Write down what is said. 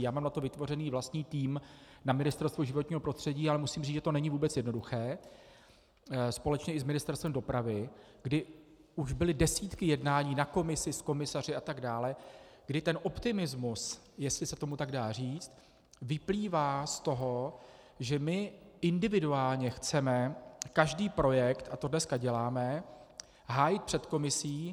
Já mám na to vytvořený vlastní tým na Ministerstvu životního prostředí, ale musím říct, že to není vůbec jednoduché, společně i s Ministerstvem dopravy, kdy už byly desítky jednání na Komisi, s komisaři atd., kdy ten optimismus, jestli se tomu tak dá říct, vyplývá z toho, že my individuálně chceme každý projekt, a to dneska děláme, hájit před Komisí.